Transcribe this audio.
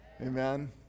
Amen